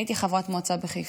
אני הייתי חברת מועצה בחיפה,